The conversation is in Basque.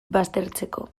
baztertzeko